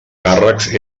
càrrecs